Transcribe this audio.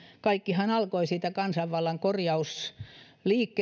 kaikkihan alkoi siitä kansanvallan korjausliike